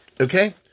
Okay